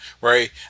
right